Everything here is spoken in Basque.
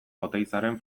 oteizaren